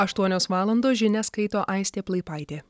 aštuonios valandos žinias skaito aistė plaipaitė